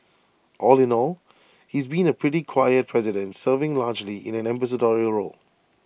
all in all he's been A pretty quiet president serving largely in an ambassadorial role